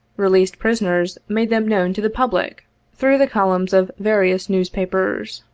released prisoners made them known to the public through the columns of various newspapers.